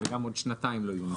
וגם בעוד שנתיים לא יהיו תקנות.